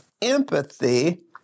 empathy